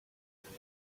right